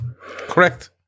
Correct